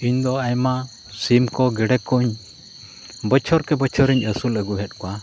ᱤᱧᱫᱚ ᱟᱭᱢᱟ ᱥᱤᱢ ᱠᱚ ᱜᱮᱰᱮ ᱠᱚᱧ ᱵᱚᱪᱷᱚᱨ ᱠᱮ ᱵᱚᱪᱷᱚᱨᱤᱧ ᱟᱹᱥᱩᱞ ᱟᱹᱜᱩᱭᱮᱫ ᱠᱚᱣᱟ